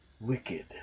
wicked